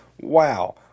Wow